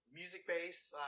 music-based